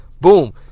Boom